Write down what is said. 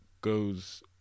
goes